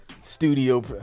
studio